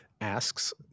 asks